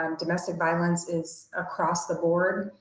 um domestic violence is across the board.